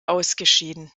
ausgeschieden